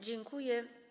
Dziękuję.